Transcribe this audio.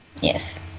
Yes